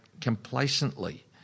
complacently